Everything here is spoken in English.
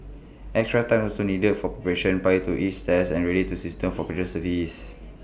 extra time is also needed for preparation prior to each test and ready the systems for passenger service